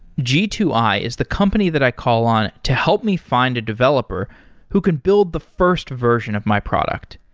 g two i is the company that i call on to help me find a developer who can build the first version of my product.